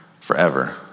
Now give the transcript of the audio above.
forever